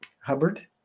hubbard